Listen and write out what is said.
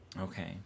Okay